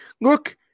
look